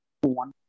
one